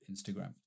Instagram